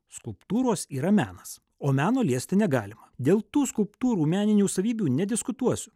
skulptūros yra menas o meno liesti negalima dėl tų skulptūrų meninių savybių nediskutuosiu